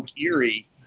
Erie